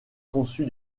conçu